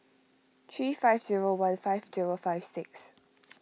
three five zero one five zero five six